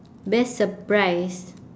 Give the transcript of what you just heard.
best surprise